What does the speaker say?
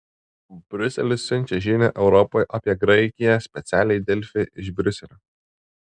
briuselis siunčia žinią europai apie graikiją specialiai delfi iš briuselio